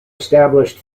established